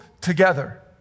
together